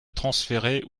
transférer